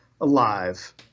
alive